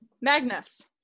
Magnus